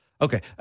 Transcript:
okay